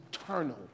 eternal